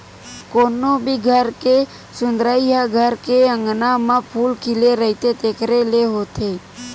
कोनो भी घर के सुंदरई ह घर के अँगना म फूल खिले रहिथे तेखरे ले होथे